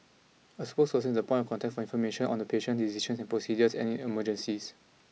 a spokesperson is the point of contact for information on the patient decisions on procedures and in emergencies